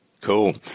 Cool